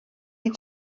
die